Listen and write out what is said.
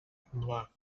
два